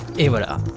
era.